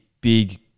big